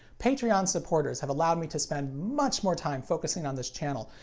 patreon supporters have allowed me to spend much more time focusing on this channel,